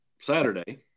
Saturday